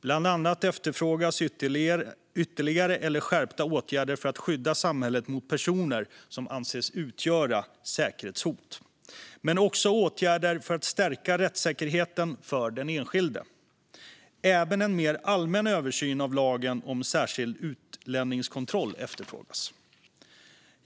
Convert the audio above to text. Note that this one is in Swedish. Bland annat efterfrågas ytterligare eller skärpta åtgärder för att skydda samhället mot personer som anses utgöra säkerhetshot, men också åtgärder för att stärka rättssäkerheten för den enskilde. Även en mer allmän översyn av lagen om särskild utlänningskontroll efterfrågas.